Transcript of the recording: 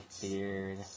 beard